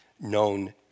known